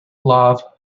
love